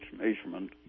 measurement